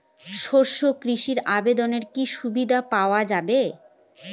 শস্য কৃষি অবর্তনে কি সুবিধা পাওয়া যাবে?